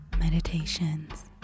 Meditations